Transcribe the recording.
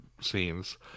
scenes